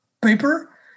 paper